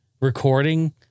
recording